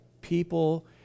people